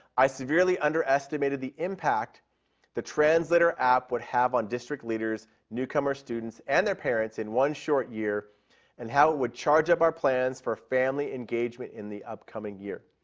i severely underestimated the impact that the translator app would have on district leaders, newcomer students, and their parents in one short year and how it would charge up our plans for family engagement in the upcoming year.